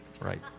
Right